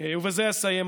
ובזה אסיים,